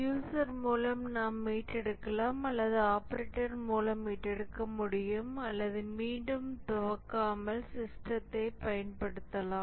user மூலம் நாம் மீட்டெடுக்கலாம் அல்லது ஆப்பரேட்டர் மூலம் மீட்க முடியும் அல்லது மீண்டும் துவக்காமல் சிஸ்டத்தை பயன்படுத்தலாம்